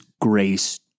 grace